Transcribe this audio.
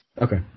Okay